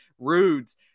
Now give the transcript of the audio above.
Rudes